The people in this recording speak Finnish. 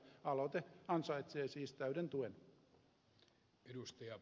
aloite ansaitsee siis täyden tuen